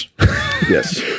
Yes